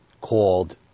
called